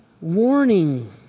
warning